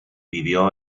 vivió